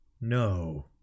No